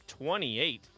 28